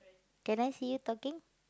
can I see you talking